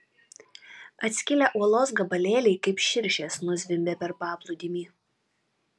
atskilę uolos gabalėliai kaip širšės nuzvimbė per paplūdimį